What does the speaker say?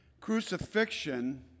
Crucifixion